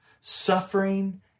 suffering